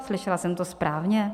Slyšela jsem to správně?